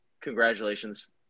Congratulations